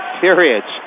periods